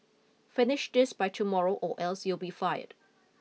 finish this by tomorrow or else you'll be fired